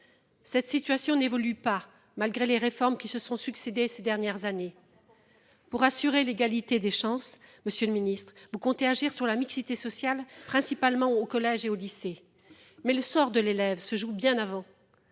Cette situation n'évolue pas. Malgré les réformes qui se sont succédé ces dernières années. Pour assurer l'égalité des chances. Monsieur le Ministre, vous comptez agir sur la mixité sociale principalement au collège et au lycée. Mais le sort de l'élève se joue bien avant.